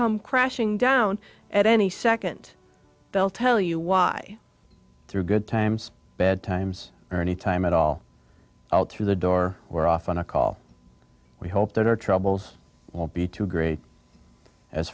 come crashing down at any second they'll tell you why through good times bad times or any time at all out through the door or off on a call we hope that our troubles will be too great as